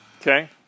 Okay